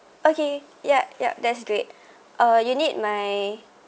okay yup yup that's great uh you need my